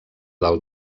del